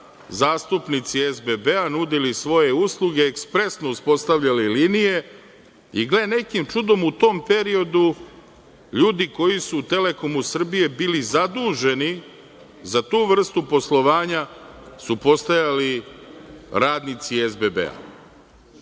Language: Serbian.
zastupnici SBB, nudili svoje usluge, ekspresno uspostavljali linije. I gle, nekim čudom, u tom periodu ljudi koji su u „Telekomu Srbije“ bili zaduženi za tu vrstu poslovanja postajali su radnici